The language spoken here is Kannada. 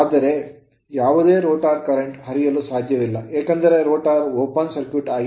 ಆದರೆ ಯಾವುದೇ rotor current ರೋಟರ್ ಪ್ರವಾಹವು ಹರಿಯಲು ಸಾಧ್ಯವಿಲ್ಲ ಏಕೆಂದರೆ rotor ರೋಟರ್ open ತೆರೆದ ಸರ್ಕ್ಯೂಟ್ ಆಗಿದೆ